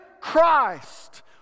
Christ